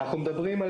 אנחנו מדברים על